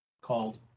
Called